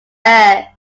earth